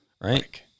Right